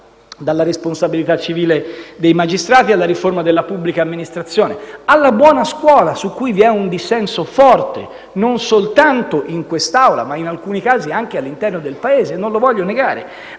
dalla responsabilità civile dei magistrati alla riforma della pubblica amministrazione, alla buona scuola, su cui vi è un dissenso forte, non soltanto in quest'Aula ma in alcuni casi anche all'interno del Paese - non voglio negarlo